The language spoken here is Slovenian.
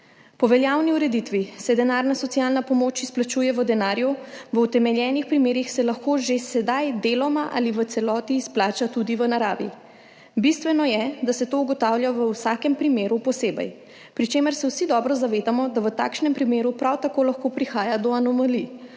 Po veljavni ureditvi se denarna socialna pomoč izplačuje v denarju, v utemeljenih primerih se lahko že sedaj deloma ali v celoti izplača tudi v naravi. Bistveno je, da se to ugotavlja v vsakem primeru posebej, pri čemer se vsi dobro zavedamo, da v takšnem primeru prav tako lahko prihaja do anomalij,